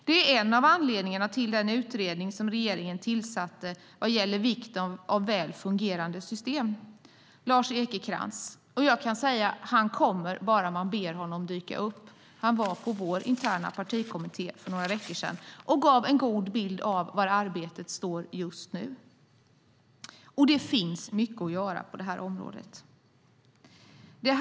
Det är en av anledningarna till att regeringen gav Lars Ekecrantz i uppdrag att utreda vikten av väl fungerande system. Han kommer bara man ber honom. Han var på vår interna partikommitté för några veckor sedan och gav en god bild av var arbetet står just nu. Det finns mycket att göra på det här området.